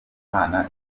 guhana